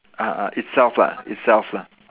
ah ah itself lah itself lah